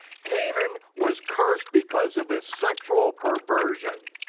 canaan was cursed because of his sexual perversion.